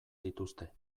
dituzte